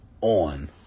on